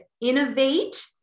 innovate